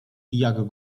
pijak